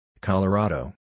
Colorado